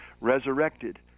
resurrected